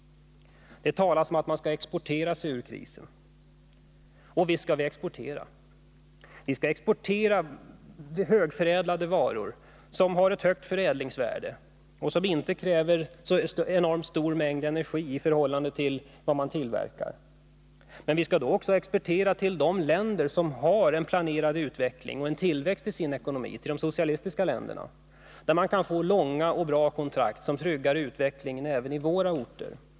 Det talas om att vi skall exportera oss ur krisen. Och visst skall vi exportera. Vi skall exportera högförädlade varor som har ett högt förädlingsvärde och som inte kräver så enormt stor mängd energi i förhållande till vad vi tillverkar. Men vi skall då också exportera till länder som har en planerad utveckling och en tillväxt i sin ekonomi — till de socialistiska länderna, där man kan få långa och bra kontrakt som tryggar utvecklingen även i våra orter.